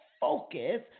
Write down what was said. focus